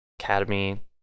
academy